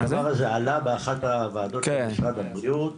הדבר הזה עלה באחת הוועדות של משרד הבריאות,